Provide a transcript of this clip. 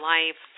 Life